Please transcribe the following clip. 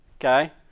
okay